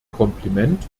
kompliment